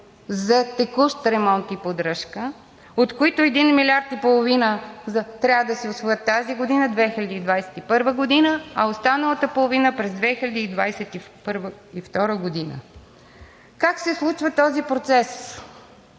за текущ ремонт и поддръжка, от които един милиард и половина трябва да се усвоят тази година – 2021-ва, а останалата половина през 2022 г. Как се случва този процес?